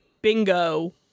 bingo